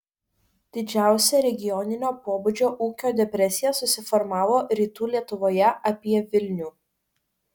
didžiausia regioninio pobūdžio ūkio depresija susiformavo rytų lietuvoje apie vilnių